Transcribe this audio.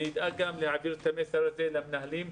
אני אדאג להעביר את המסר הזה גם למנהלים.